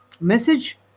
message